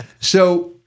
So-